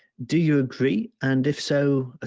do you agree? and if so, ah